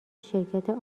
شرکت